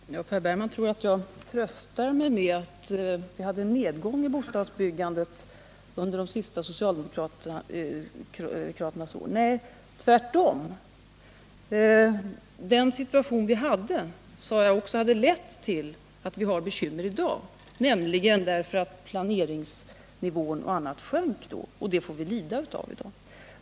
Herr talman! Herr Bergman tror att jag tröstar mig med att vi hade en nedgång i bostadsbyggandet under den socialdemokratiska regeringens sista år. Men så är det inte — tvärtom. Jag sade att den situation vi hade då har lett till att vi fått de bekymmer vi har i dag. Planeringsnivån och annat sjönk, och det får vi lida av i dag.